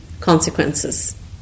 consequences